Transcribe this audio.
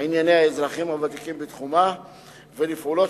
ענייני האזרחים הוותיקים בתחומה ולפעולות